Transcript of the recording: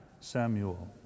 Samuel